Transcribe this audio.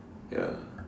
ya